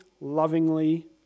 lovingly